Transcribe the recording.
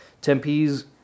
Tempe's